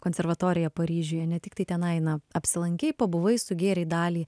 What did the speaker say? konservatoriją paryžiuje ne tiktai tenai na apsilankei pabuvai sugėrei dalį